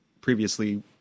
previously